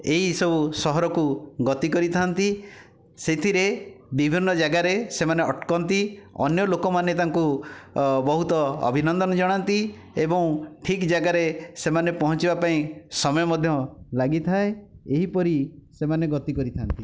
ଏଇ ସବୁ ସହରକୁ ଗତି କରିଥାନ୍ତି ସେ'ଥିରେ ବିଭିନ୍ନ ଜାଗାରେ ସେମାନେ ଅଟକନ୍ତି ଅନ୍ୟ ଲୋକମାନେ ତାଙ୍କୁ ବହୁତ ଅଭିନନ୍ଦନ ଜଣାନ୍ତି ଏବଂ ଠିକ୍ ଜାଗାରେ ସେମାନେ ପହଞ୍ଚିବା ପାଇଁ ସମୟ ମଧ୍ୟ ଲାଗିଥାଏ ଏହିପରି ସେମାନେ ଗତି କରିଥା'ନ୍ତି